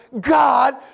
God